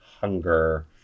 hunger